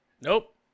nope